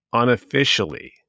unofficially